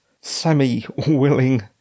semi-willing